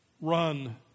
run